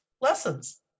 lessons